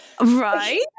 right